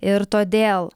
ir todėl